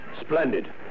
Splendid